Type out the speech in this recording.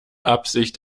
absicht